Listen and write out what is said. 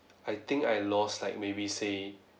I think I lost like maybe say